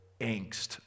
angst